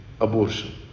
Abortion